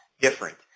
different